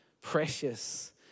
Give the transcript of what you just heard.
precious